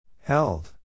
Held